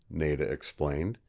nada explained.